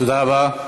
תודה רבה.